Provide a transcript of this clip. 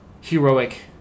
heroic